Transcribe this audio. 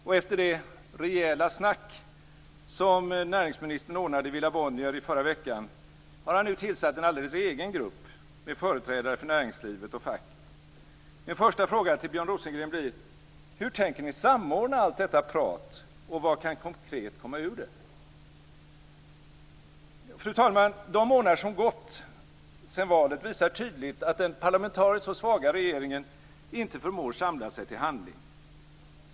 Och efter det "rejäla snack" som näringsministern ordnade i Villa Bonnier i förra veckan har han nu tillsatt en alldeles egen grupp med företrädare för näringslivet och facket. Min första fråga till Björn Rosengren blir: Hur tänker ni samordna allt detta prat, och vad kan konkret komma ur det? Fru talman! De månader som gått sedan valet visar tydligt att den parlamentariskt så svaga regeringen inte förmår samla sig till handling.